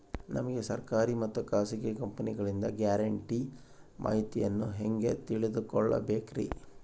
ನಮಗೆ ಸರ್ಕಾರಿ ಮತ್ತು ಖಾಸಗಿ ಕಂಪನಿಗಳಿಂದ ಗ್ಯಾರಂಟಿ ಮಾಹಿತಿಯನ್ನು ಹೆಂಗೆ ತಿಳಿದುಕೊಳ್ಳಬೇಕ್ರಿ?